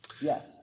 Yes